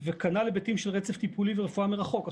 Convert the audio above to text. וכנ"ל היבטים של רצף טיפולי ורפואה מרחוק.